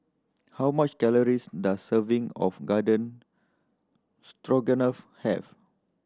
how much calories does serving of Garden Stroganoff have